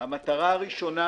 המטרה הראשונה